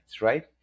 right